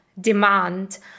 demand